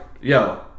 yo